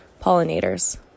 pollinators